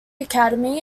academy